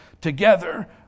together